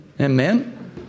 amen